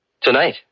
Tonight